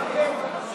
יש ויכוח על הפרשנות.